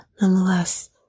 Nonetheless